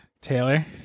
Taylor